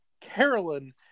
Carolyn